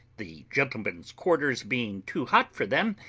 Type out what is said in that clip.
the gentlemen's quarters being too hot for them,